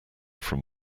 from